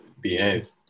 behave